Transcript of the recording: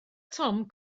tom